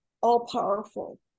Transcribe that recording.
all-powerful